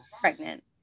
pregnant